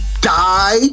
die